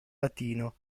latino